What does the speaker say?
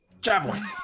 Javelin